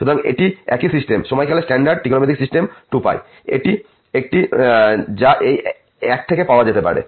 সুতরাং এটি একই সিস্টেম সময়কাল এর স্ট্যান্ডার্ড ত্রিকোণমিতিক সিস্টেম 2π এটি একটি যা এই এক থেকে পাওয়া যেতে পারে